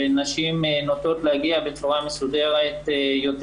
ונשים נוטות להגיע בצורה מסודרת יותר